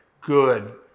good